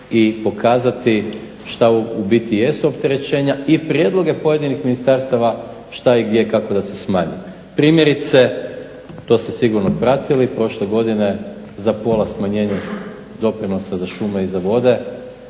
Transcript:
i pokazati što u biti jesu opterećenja i prijedloge pojedinih ministarstava što, gdje i kako da se smanji. Primjerice, to ste sigurno pratili, prošle godine za pola smanjenja doprinosa za šume i za vode